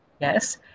Yes